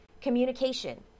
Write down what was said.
Communication